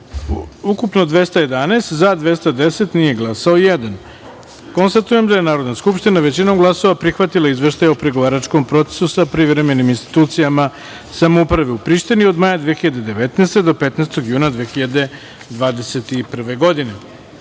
ukupno - 211, za - 210, nije glasao jedan. Konstatujem da je Narodna skupština, većinom glasova, prihvatila Izveštaj o pregovaračkom procesu sa privremenim institucijama samouprave u Prištini od maja 2019. godine do 15. juna 2021.